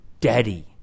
daddy